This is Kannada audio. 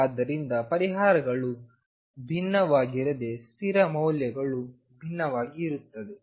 ಆದ್ದರಿಂದ ಪರಿಹಾರಗಳು ಭಿನ್ನವಾಗಿರದೆ ಸ್ಥಿರ ಮೌಲ್ಯಗಳು ಭಿನ್ನವಾಗಿ ಇರುತ್ತದೆ